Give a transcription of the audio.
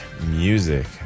music